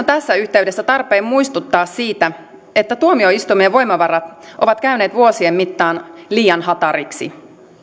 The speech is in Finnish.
tässä yhteydessä tarpeen muistuttaa siitä että tuomioistuimien voimavarat ovat käyneet vuosien mittaan liian hatariksi